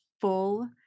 full